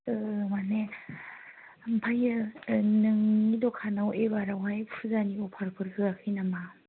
माने ओमफ्रायो नोंनि दखानाव इबारावहाय फुजानि अफारफोर होयाखै नामा